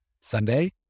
Sunday